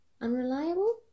unreliable